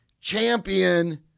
champion